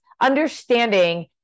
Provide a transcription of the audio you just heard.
understanding